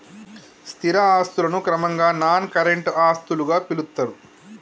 స్థిర ఆస్తులను క్రమంగా నాన్ కరెంట్ ఆస్తులుగా పిలుత్తరు